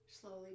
slowly